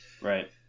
right